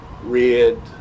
red